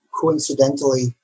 coincidentally